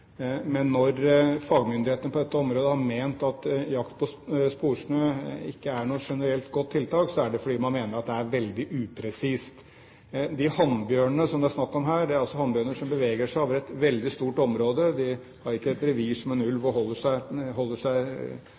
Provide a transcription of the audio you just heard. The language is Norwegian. Men når fagmyndighetene på dette området har ment at jakt på sporsnø ikke er noe generelt godt tiltak, er det fordi man mener at det er veldig upresist. De hannbjørnene som det er snakk om her, er hannbjørner som beveger seg over et veldig stort område. De har ikke et revir, som en ulv, og holder seg ikke, som ulv ofte gjør, på et relativt lite område. De kan bevege seg